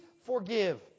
forgive